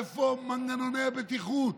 איפה מנגנוני הבטיחות?